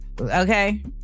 Okay